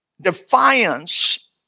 defiance